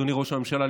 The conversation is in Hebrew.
אדוני ראש הממשלה,